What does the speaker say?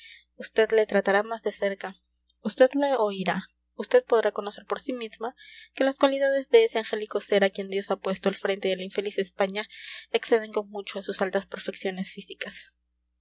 vd le tratará más de cerca vd le oirá vd podrá conocer por sí misma que las cualidades de ese angélico ser a quien dios ha puesto al frente de la infeliz españa exceden con mucho a sus altas perfecciones físicas